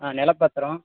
ஆ நில பத்திரம்